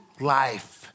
life